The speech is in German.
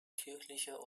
kirchlicher